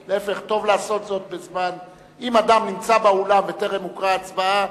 אם אדם נמצא באולם וטרם הוקראו התוצאות,